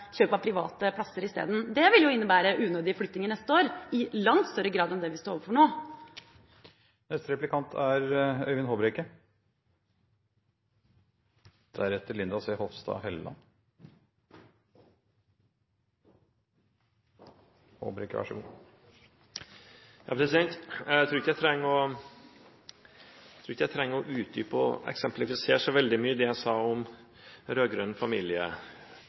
kjøp av private plasser. Det vil jo innebære unødige flyttinger neste år i langt større grad enn det vi står overfor nå. Jeg tror ikke jeg trenger å utdype og eksemplifisere så veldig mye det jeg sa om